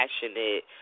passionate